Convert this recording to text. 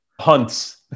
Hunts